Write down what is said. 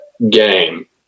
game